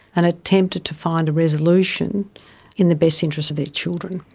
and attempt to to find a resolution in the best interests of their children.